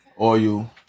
Oil